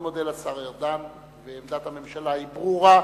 עמדת הממשלה ברורה,